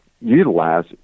utilize